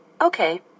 Okay